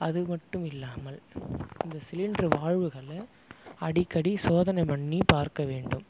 அதுமட்டுமில்லாமல் இந்தச் சிலிண்டர் வால்வுகளை அடிக்கடி சோதனை பண்ணி பார்க்க வேண்டும்